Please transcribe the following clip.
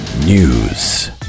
News